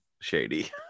shady